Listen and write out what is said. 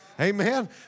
Amen